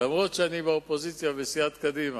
אף שאני מהאופוזיציה ובסיעת קדימה,